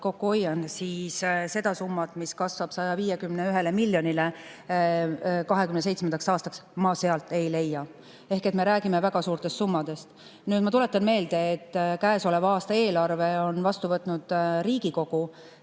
kokku hoian, siis seda summat, mis kasvab 151 miljonile 2027. aastaks, ma sealt ei leia. Ehk me räägime väga suurtest summadest. Nüüd, ma tuletan meelde, et käesoleva aasta eelarve on vastu võtnud Riigikogu.